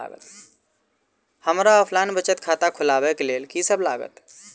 हमरा ऑफलाइन बचत खाता खोलाबै केँ लेल की सब लागत?